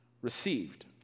received